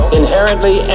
inherently